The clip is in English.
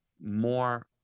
more